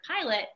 pilot